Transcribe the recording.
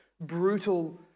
brutal